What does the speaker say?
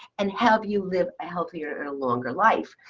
and help you live healthier ah longer life.